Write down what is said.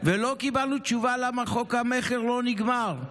ולא קיבלנו תשובה למה חוק המכר לא נגמר.